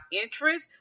interest